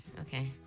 Okay